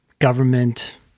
government